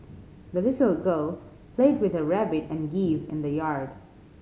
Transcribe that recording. the little girl played with her rabbit and geese in the yard